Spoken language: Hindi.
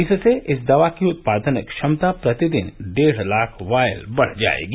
इससे इस दवा की उत्पादन क्षमता प्रतिदिन डेढ लाख वॉयल्स बढ जाएगी